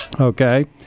Okay